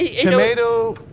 Tomato